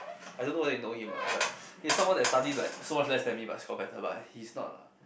I don't know whether you know him what right he's someone that study like so much less them me but scored better but he's not lah